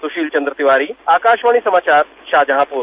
सुशील चन्द्र तिवारी आकाशवाणी समाचार शाहजहांपुर